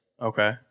Okay